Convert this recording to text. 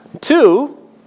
Two